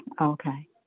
Okay